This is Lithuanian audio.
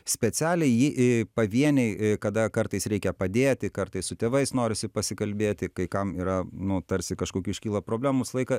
specialiai jį į pavieniai kada kartais reikia padėti kartais su tėvais norisi pasikalbėti kai kam yra nu tarsi kažkokių iškyla problemų visą laiką